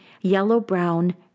yellow-brown